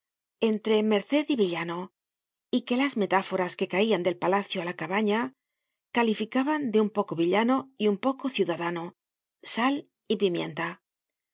entre merced y villano y que las metáforas que caían del palacio á la cabana calificaban de un poco villano y un poco ciudadano sal y pimienta